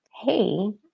Hey